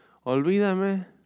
Olvídame